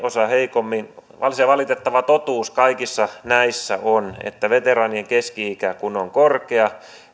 osa heikommin se valitettava totuus kaikissa näissä on että veteraanien keski ikä kun on korkea